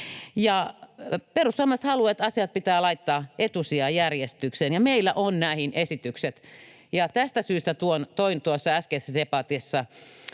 Perussuomalaiset haluavat, että asiat laitetaan etusijajärjestykseen, ja meillä on näihin esitykset. Tästä syystä toin tuossa äskeisessä debatissa